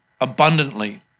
abundantly